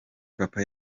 papa